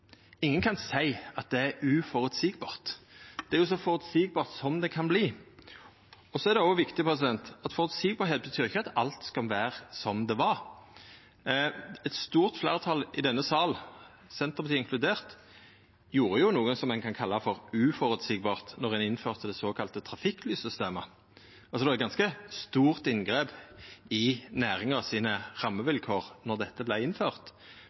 ingen seia at det er uføreseieleg. Det er jo så føreseieleg som det kan verta. Føreseieleg betyr heller ikkje at alt skal vera som det var. Det er òg viktig. Eit stort fleirtal i denne salen, Senterpartiet inkludert, gjorde jo noko ein kan kalla uføreseieleg då ein innførte det såkalla trafikklyssystemet. Det var eit ganske stort inngrep i rammevilkåra til næringa då det vart innført,